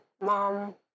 mom